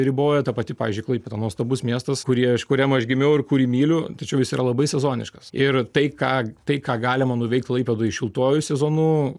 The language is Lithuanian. riboja ta pati pavyzdžiui klaipėda nuostabus miestas kurį aš kuriam aš gimiau ir kurį myliu tačiau jis yra labai sezoniškas ir tai ką tai ką galima nuveikt klaipėdoj šiltuoju sezonu